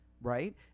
right